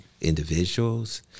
individuals